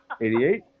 88